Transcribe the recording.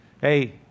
Hey